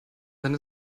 dann